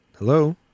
Hello